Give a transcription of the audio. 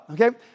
okay